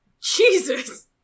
Jesus